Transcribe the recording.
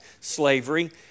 slavery